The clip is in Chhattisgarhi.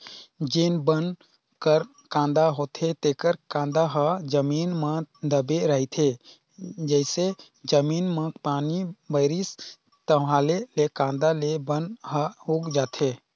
जेन बन कर कांदा होथे तेखर कांदा ह जमीन म दबे रहिथे, जइसे जमीन म पानी परिस ताहाँले ले कांदा ले बन ह उग जाथे